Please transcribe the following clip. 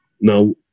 Now